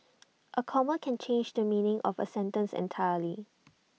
A comma can change the meaning of A sentence entirely